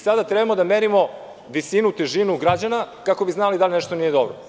Sada treba da merimo visinu, težinu građana, kako bi znali da nešto nije dobro.